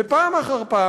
ופעם אחר פעם,